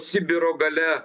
sibiro gale